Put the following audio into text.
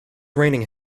raining